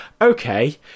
okay